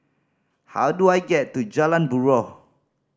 how do I get to Jalan Buroh